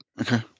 Okay